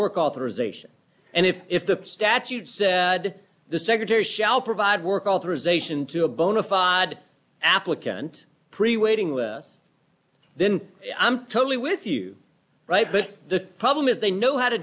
work authorization and if if the statute said the secretary shall provide work authorization to a bona fide applicant pre waiting then i'm totally with you right but the problem is they know how to